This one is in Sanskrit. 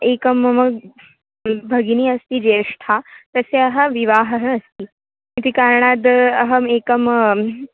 एकं मम भगिनी अस्ति ज्येष्ठा तस्याः विवाहः अस्ति इति कारणाद् अहम् एकम्